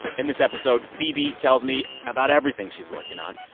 in this episode, phoebe tells me about everything she's working on,